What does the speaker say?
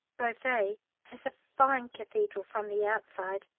beauvais has a fine cathedral from the outside.